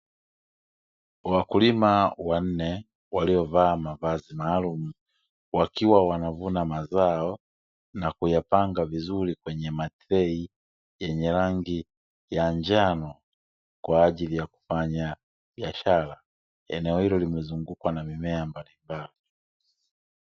Wakulima wanne waliovaa mavazi maalumu wakiwa wanavuna mazao na kuyapanga vizuri kwenye matrei yenye rangi ya njano kwaajili ya kufanya biashara. Eneo hilo limezungukwa na mimea mbalimbali.